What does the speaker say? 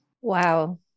Wow